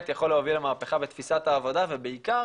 יכול להוביל למהפכה בתפיסת העבודה ובעיקר,